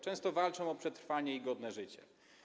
Często walczą o przetrwanie i godne życie.